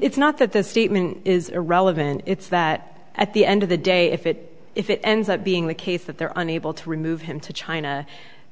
it's not that the statement is irrelevant it's that at the end of the day if it if it ends up being the case that they're unable to remove him to china